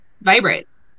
vibrates